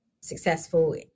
successful